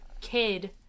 kid